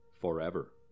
forever